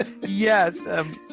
yes